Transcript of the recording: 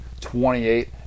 28